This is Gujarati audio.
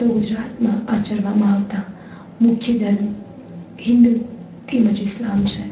તો ગુજરાતમાં આચરવામાં આવતા મુખ્ય હિન્દુ તેમજ ઇસ્લામ છે